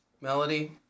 Melody